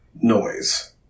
noise